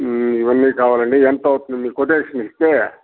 ఇవి అన్నీ కావాలండి ఎంత అవుతుంది కొటేషన్ ఇస్తే